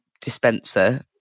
dispenser